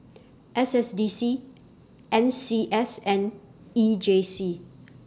S S D C N C S and E J C